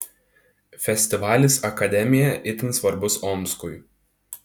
festivalis akademija itin svarbus omskui